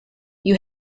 you